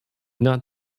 not